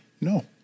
No